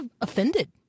offended